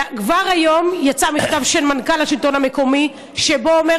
כבר היום יצא מכתב של מנכ"ל השלטון המקומי שבו הוא אומר